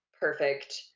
perfect